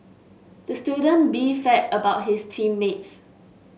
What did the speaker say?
the student beefed about his team mates